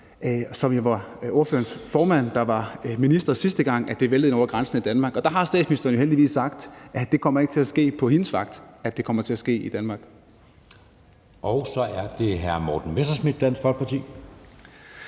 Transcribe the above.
tror, det var ordførerens formand, der var minister, sidste gang det væltede ind over grænsen til Danmark, og der har statsministeren jo heldigvis sagt, at det ikke kommer til at ske i Danmark på hendes vagt. Kl. 14:35 Anden næstformand (Jeppe Søe): Så er det hr. Morten Messerschmidt, Dansk Folkeparti.